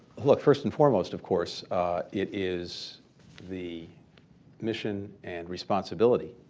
look, first and foremost of course it is the mission and responsibility